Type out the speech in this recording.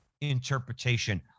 interpretation